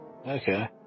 Okay